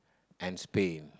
and Spain